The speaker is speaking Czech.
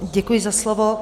Děkuji za slovo.